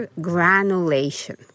granulation